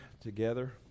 together